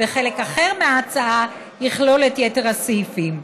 וחלק אחר מההצעה יכלול את יתר הסעיפים.